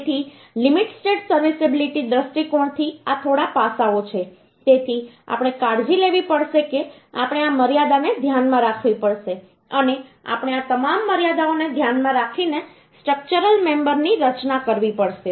તેથી limit state serviceability દૃષ્ટિકોણથી આ થોડા પાસાઓ છે તેથી આપણે કાળજી લેવી પડશે કે આપણે આ મર્યાદાને ધ્યાનમાં રાખવી પડશે અને આપણે આ તમામ મર્યાદાઓને ધ્યાનમાં રાખીને સ્ટ્રક્ચરલ મેમબરની રચના કરવી પડશે